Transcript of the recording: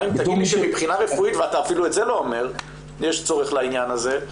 גם אם תגיד לי שמבחינה רפואית יש צורך לעניין הזה,